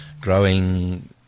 growing